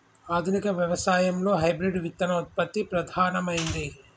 ఆధునిక వ్యవసాయం లో హైబ్రిడ్ విత్తన ఉత్పత్తి ప్రధానమైంది